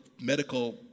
medical